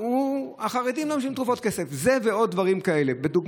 והוא: החרדים לא משלמים כסף על תרופות.